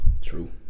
True